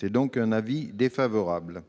La commission y est donc défavorable.